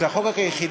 הצעת חוק התקשורת